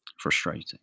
Frustrating